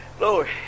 Lord